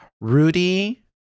Rudy